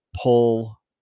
pull